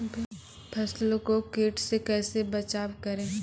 फसलों को कीट से कैसे बचाव करें?